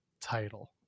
title